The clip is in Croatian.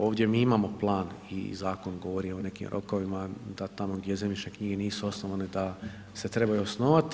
Ovdje mi imamo plan i zakon, govorim o nekim rokovima da tamo gdje zemljišne knjige nisu osnovane da se trebaju osnovati.